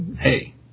hey